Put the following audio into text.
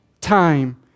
time